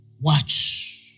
Watch